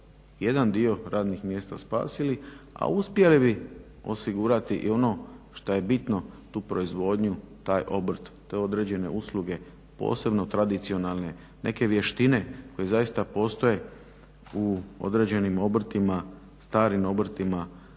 jedan dio radnih mjesta spasili, a uspjeli bi osigurati i ono šta je bitno tu proizvodnju, taj obrt te određene usluge posebno tradicionalne, neke vještine koje zaista postoje u određenim obrtima, starim obrtima